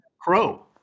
crow